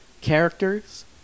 characters